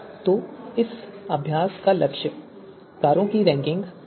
तो इस अभ्यास का लक्ष्य कारों की रैंकिंग है